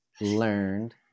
learned